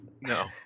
No